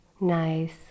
nice